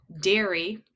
Dairy